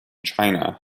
china